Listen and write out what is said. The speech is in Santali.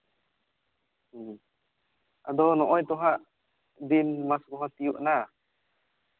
ᱦᱮᱸ ᱟᱫᱚ ᱱᱚᱜᱼᱚᱭ ᱛᱚᱦᱟᱜ ᱫᱤᱱ ᱢᱟᱥ ᱠᱚᱦᱚᱸ ᱛᱤᱭᱳᱜ ᱱᱟ